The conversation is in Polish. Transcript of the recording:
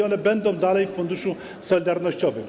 One będą dalej w Funduszu Solidarnościowym.